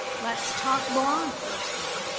let's talk law enforcement,